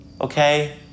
okay